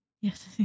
Yes